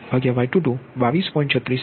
6 degree અને બીજો એક 58